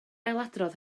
ailadrodd